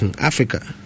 Africa